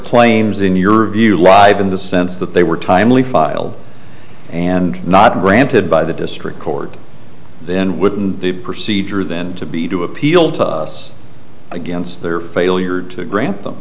claims in your view lied in the sense that they were timely filed and not granted by the district court then wouldn't the procedure then to be to appeal to us against their failure to grant them